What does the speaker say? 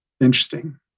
Interesting